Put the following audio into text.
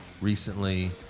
recently